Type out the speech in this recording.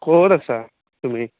ক'ত আছা তুমি